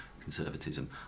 conservatism